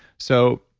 so,